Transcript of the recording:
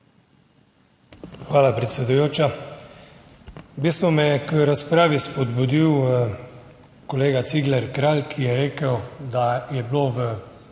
Hvala, predsedujoča.